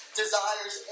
desires